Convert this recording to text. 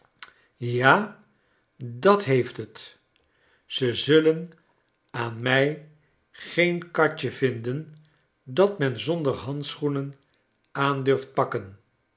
ja dat heeft het zezullenaan mij geen katje vinden dat men zonder handschoenen aan durft pakken